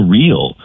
real